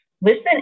Listen